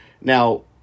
Now